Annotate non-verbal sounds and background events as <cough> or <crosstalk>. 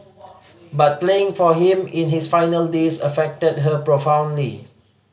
<noise> but playing for him in his final days affected her profoundly